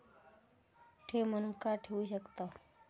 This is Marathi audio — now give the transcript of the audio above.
ठेव म्हणून काय ठेवू शकताव?